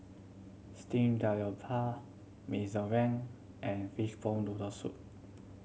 steamed daroupa mee zoreng and fishball noodle soup